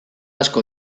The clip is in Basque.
asko